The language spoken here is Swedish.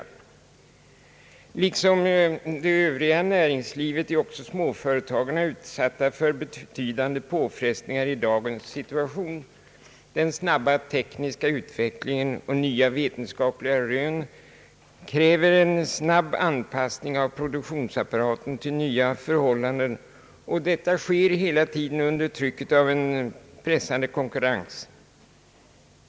Liksom det övriga näringslivet är också småföretagarna utsatta för betydande påfrestningar i dagens situation. Den snabba tekniska utvecklingen och nya vetenskapliga rön kräver en snabb anpassning av produktionsapparaten till nya förhållanden, och detta sker hela tiden under trycket av en pressande konkurrens.